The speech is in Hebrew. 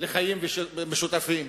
לחיים משותפים.